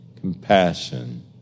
Compassion